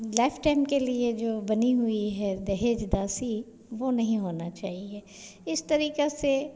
life time के लिए जो बनी हुई है दहेज दासी वह नहीं होना चाहिए इस तरीक़े से